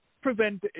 Prevent